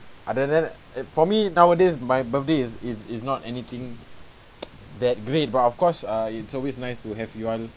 ah then then it for me nowadays my birthday is is is not anything that great but of course uh it's always nice to have you all